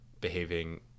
behaving